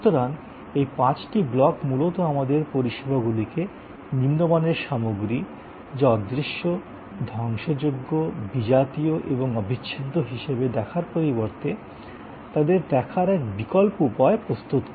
সুতরাং এই পাঁচটি ব্লক মূলত আমাদের পরিষেবাগুলিকে নিম্নমানের সামগ্রী যা অদৃশ্য ধ্বংসযোগ্য বিজাতীয় এবং অবিচ্ছেদ্য হিসাবে দেখার পরিবর্তে তাদের দেখার এক বিকল্প উপায় প্রস্তুত করে